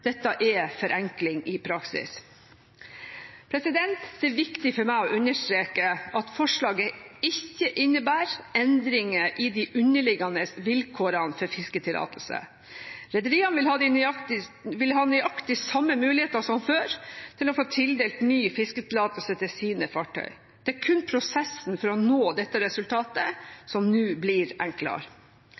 Dette er forenkling i praksis. Det er viktig for meg å understreke at forslaget ikke innebærer endringer i de underliggende vilkårene for fisketillatelse. Rederiene vil ha nøyaktig samme muligheter som før til å få tildelt ny fisketillatelse til sine fartøy. Det er kun prosessen for å nå dette resultatet som nå blir enklere.